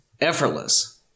effortless